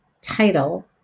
title